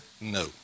no